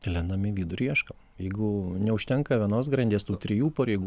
lendam į vidų ir ieškom jeigu neužtenka vienos grandies tų trijų pareigų